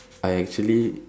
I actually